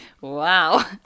wow